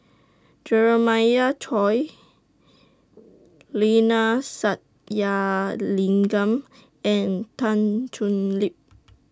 Jeremiah Choy Neila Sathyalingam and Tan Thoon Lip